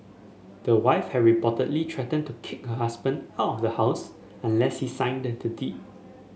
the wife had reportedly threatened to kick her husband out of the house unless he signed the deed